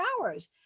hours